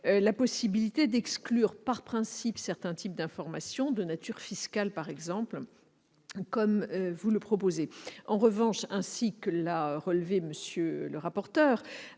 la possibilité d'exclure par principe certains types d'informations de nature fiscale par exemple, ainsi que vous le proposez. En revanche, comme l'a relevé M. le rapporteur,